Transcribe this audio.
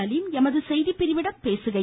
அலீம் எமது செய்திப்பிரிவிடம் பேசுகையில்